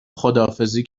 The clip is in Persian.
خداحافظی